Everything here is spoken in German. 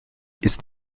ist